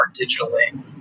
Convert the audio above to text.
digitally